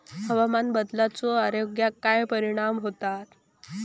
हवामान बदलाचो आरोग्याक काय परिणाम होतत?